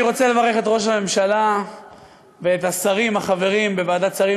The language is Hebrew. אני רוצה לברך את ראש הממשלה ואת השרים החברים בוועדת השרים